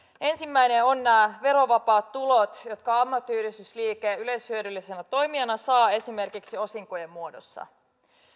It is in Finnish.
ensimmäinen on nämä verovapaat tulot jotka ammattiyhdistysliike yleishyödyllisenä toimijana saa esimerkiksi osinkojen muodossa